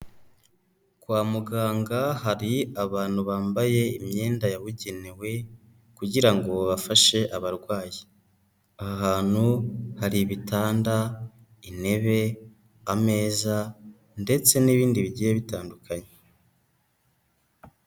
Kwa muganga hari abantu bambaye imyenda yabugenewe, kugira ngo bafashe abarwayi, aha hantu hari ibitanda, intebe, ameza ndetse n'ibindi bigiye bitandukanye.